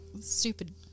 stupid